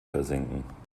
versinken